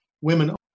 women